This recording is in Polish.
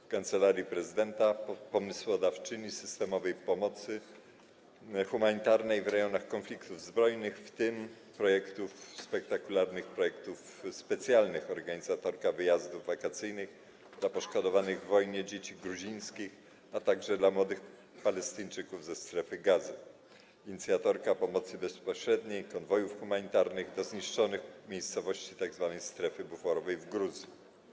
W Kancelarii Prezydenta pomysłodawczyni systemowej pomocy humanitarnej w rejonach konfliktów zbrojnych, w tym spektakularnych projektów specjalnych - organizatorka wyjazdów wakacyjnych dla poszkodowanych w wojnie dzieci gruzińskich, a także dla młodych Palestyńczyków ze Strefy Gazy, inicjatorka pomocy bezpośredniej, konwojów humanitarnych do zniszczonych miejscowości tzw. strefy buforowej w Gruzji.